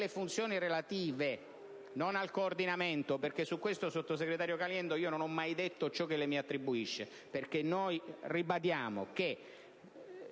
funzioni relative, ... non al coordinamento, perché, su questo punto, sottosegretario Caliendo, io non ho mai detto ciò che lei mi attribuisce. Noi ribadiamo